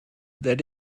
that